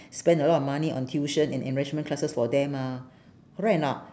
spend a lot of money on tuition and enrichment classes for them ah correct or not